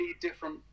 different